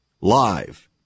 live